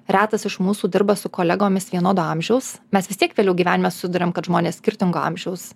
retas iš mūsų dirba su kolegomis vienodo amžiaus mes vis tiek vėliau gyvenime susiduriam kad žmonės skirtingo amžiaus